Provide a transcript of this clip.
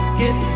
get